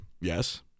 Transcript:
Yes